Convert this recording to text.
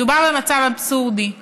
מדובר במצב אבסורדי.